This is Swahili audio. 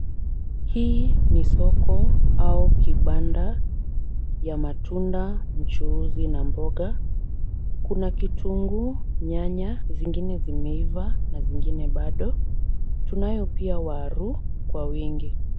Hii ni soko au kibanda ya matunda, mchuuzi na mboga. Kuna kitunguu, nyanya. Zingine zimeiva na zingine bado. Tunayo pia waru kwa wingi.